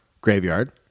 graveyard